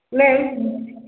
ma'am